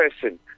person